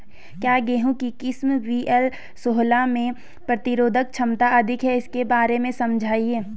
क्या गेहूँ की किस्म वी.एल सोलह में प्रतिरोधक क्षमता अधिक है इसके बारे में समझाइये?